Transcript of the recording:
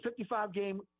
55-game